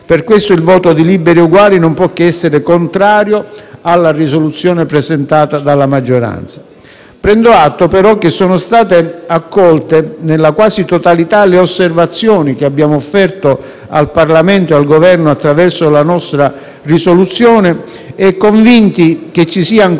Per questo il voto di Liberi e Uguali non può che essere contrario alla risoluzione presentata dalla maggioranza. Prendo atto, però, che sono state accolte nella quasi totalità le osservazioni che abbiamo offerto al Parlamento e al Governo attraverso la nostra proposta di risoluzione e, convinti che ci sia ancora